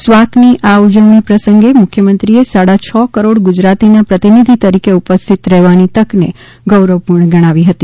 સ્વાકની આ ઉજવણી પ્રસંગે મુખ્યમંત્રીએ સાડા છ કરોડ ગુજરાતીના પ્રતિનિધિ તરીકે ઉપસ્થિત રહેવાની તકને ગૌરવપૂર્ણ ગણાવી હતી